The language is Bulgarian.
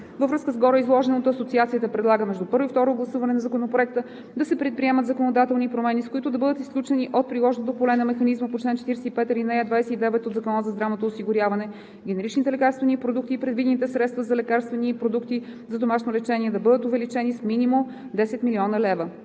Във връзка с гореизложеното Асоциацията предлага между първо и второ гласуване на Законопроекта да се предприемат законодателни промени, с които да бъдат изключени от приложното поле на механизма по чл. 45, ал. 29 от Закона за здравното осигуряване генеричните лекарствени продукти и предвидените средства за лекарствени продукти за домашно лечение да бъдат увеличени с минимум 10 млн. лв.